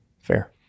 fair